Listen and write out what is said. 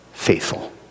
faithful